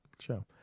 show